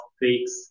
weeks